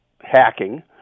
hacking